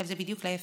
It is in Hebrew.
אבל זה בדיוק להפך: